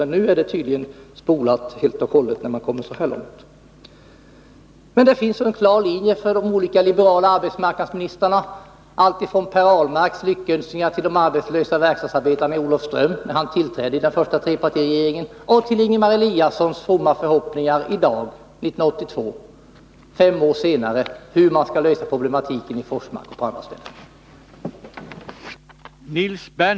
Men nu är tydligen projektet spolat helt och hållet, när man har kommit så här långt. Det finns en klar linje för de olika liberala arbetsmarknadsministrarna, alltifrån Per Ahlmarks lyckönskningar till de arbetslösa verkstadsarbetarna i Olofström, när han tillträdde i den första trepartiregeringen, till Ingemar Eliassons fromma förhoppningar i dag 1982, fem år senare, om hur man skall lösa problematiken i Forsmark och på andra ställen.